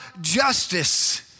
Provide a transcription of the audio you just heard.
justice